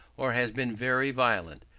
or has been very violent,